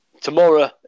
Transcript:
Tomorrow